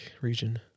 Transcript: region